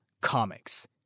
comics